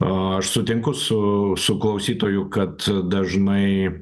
aš sutinku su su klausytoju kad dažnai